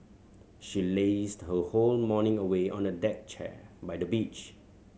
she lazed her whole morning away on a deck chair by the beach